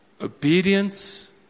Obedience